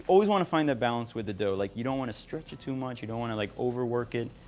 always want to find that balance with the dough. like, you don't want to stretch it too much. you don't want to, like, overwork it.